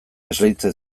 esleitzen